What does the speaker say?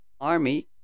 army